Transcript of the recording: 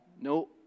no